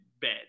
bed